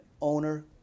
owner